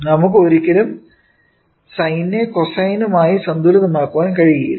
നമുക്ക് ഒരിക്കലും സൈനെ കോസൈനുമായി സന്തുലിതമാക്കാൻ കഴിയില്ല